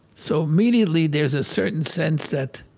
so immediately, there's a certain sense that,